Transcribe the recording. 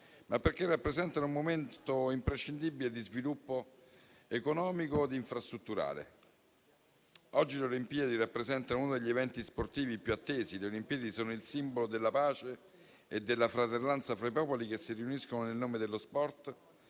inoltre, rappresentano un momento imprescindibile di sviluppo economico ed infrastrutturale: oggi le Olimpiadi rappresentano uno degli eventi sportivi più attesi, sono il simbolo della pace e della fratellanza fra i popoli che si riuniscono nel nome dello sport